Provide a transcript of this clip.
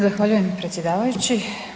Zahvaljujem predsjedavajući.